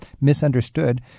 misunderstood